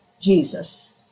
Jesus